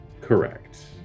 Correct